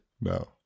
no